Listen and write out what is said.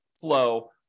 flow